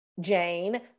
Jane